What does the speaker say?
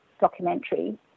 documentary